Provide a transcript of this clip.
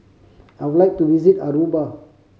I would like to visit Aruba